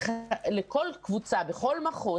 לכל קבוצה בכל מחוז.